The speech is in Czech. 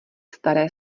staré